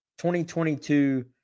2022